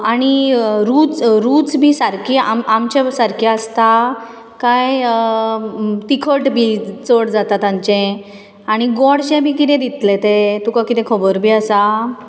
आनी रूच रूच बी सारकी आम आमच्या सारकी आसता कांय तिखट बी चड जाता तांचें आनी गोडशें बी कितें दितले ते तुका कितें खबर बी आसा